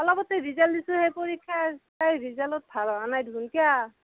অলপতে ৰিজাল্ট দিছোঁ এই পৰীক্ষাৰ তাইৰ ৰিজাল্টত ভাল হ'বা নাই দেখোন কিয়